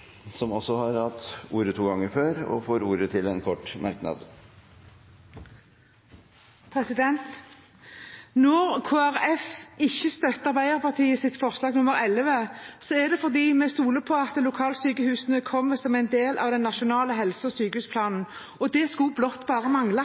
er også omstilling. Representanten Olaug V. Bollestad har hatt ordet to ganger tidligere i debatten og får ordet til en kort merknad, begrenset til 1 minutt. Når Kristelig Folkeparti ikke støtter Arbeiderpartiets forslag nr. 11, er det fordi vi stoler på at lokalsykehusene kommer som en del av den nasjonale helse- og sykehusplanen – og det skulle bare mangle,